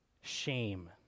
shame